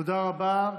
תודה רבה.